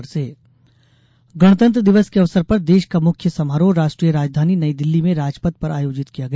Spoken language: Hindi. गणतंत्र दिल्ली गणतंत्र दिवस के अवसर पर देश का मुख्य समारोह राष्ट्रीय राजधानी नई दिल्ली में राजपथ पर आयोजित किया गया